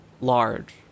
Large